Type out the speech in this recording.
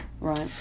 Right